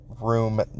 room